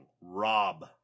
Rob